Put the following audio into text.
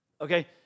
Okay